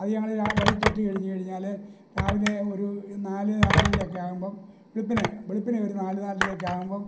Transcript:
അതു ഞങ്ങൾ വൈകിയിട്ട് ഇട്ടു കഴിഞ്ഞു കഴിഞ്ഞാൽ രാവിലെ ഒരു നാല് നാലര ഒക്കെ ആകുമ്പം വെളുപ്പിനെ വെളുപ്പിനെ ഒരു നാല് നാലരയൊക്കെ ആവുമ്പം